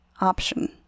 option